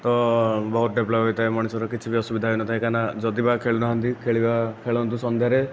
ତ ବହୁତ ଡେଭେଲପ ହୋଇଥାଏ ମଣିଷର କିଛିବି ଅସୁବିଧା ହୋଇନଥାଏ କାଇଁନା ଯଦିବା ଖେଳୁନାହାଁନ୍ତି ଖେଳିବା ଖେଳନ୍ତୁ ସନ୍ଧ୍ୟାରେ